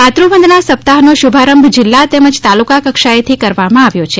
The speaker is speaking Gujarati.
માતૃ વંદના સપ્તાહનો શુભારંભ જિલ્લા તેમજ તાલુકા કક્ષાએથી કરવામાં આવ્યો છે